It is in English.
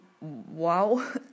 wow